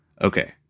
Okay